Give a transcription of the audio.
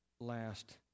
last